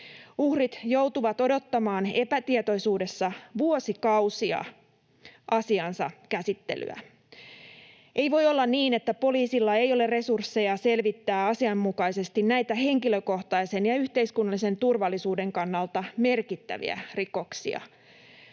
Uhrit joutuvat odottamaan epätietoisuudessa vuosikausia asiansa käsittelyä. Ei voi olla niin, että poliisilla ei ole resursseja selvittää asianmukaisesti näitä henkilökohtaisen ja yhteiskunnallisen turvallisuuden kannalta merkittäviä rikoksia.